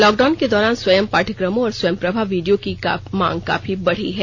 lockdown को दौरान स्वयम पाठ्यक्रमों और स्वयंप्रभा वीडियो की मांग काफी बढ़ी है